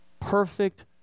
perfect